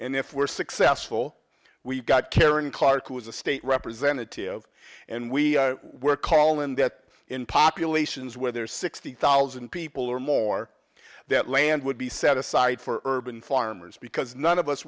and if we're successful we've got karen clark who was a state representative and we were calling that in populations where there's sixty thousand people or more that land would be set aside for urban farmers because none of us